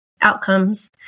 outcomes